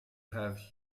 have